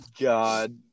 God